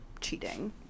cheating